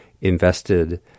invested